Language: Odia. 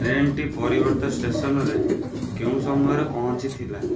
ଟ୍ରେନ୍ଟି ପରବର୍ତ୍ତୀ ଷ୍ଟେସନ୍ରେ କେଉଁ ସମୟରେ ପହଞ୍ଚିଥିଲା